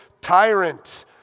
tyrant